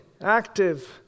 active